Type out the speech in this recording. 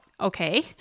Okay